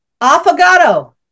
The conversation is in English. Affogato